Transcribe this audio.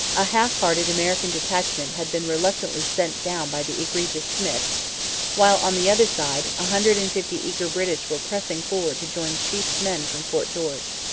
a half-hearted american detachment had been reluctantly sent down by the egregious smyth while, on the other side, a hundred and fifty eager british were pressing forward to join sheaffe's men from fort george.